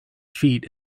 feet